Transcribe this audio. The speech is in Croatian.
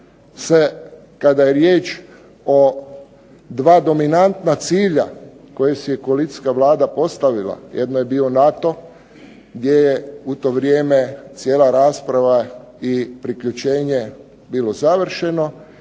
kada je riječ o dva dominantna cilja koje si je koalicijska Vlada postavila, jedno je bio NATO gdje je u to vrijeme cijela rasprava i priključenje bilo završeno